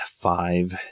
five